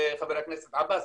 חבר הכנסת עבאס,